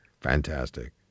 Fantastic